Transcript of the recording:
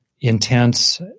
intense